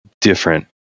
different